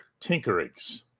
tinkerings